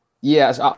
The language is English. yes